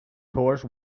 horse